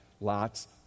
lots